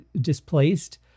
displaced